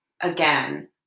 again